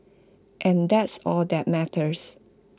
and that's all that matters